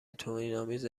توهینآمیز